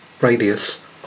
radius